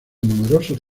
numerosos